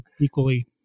equally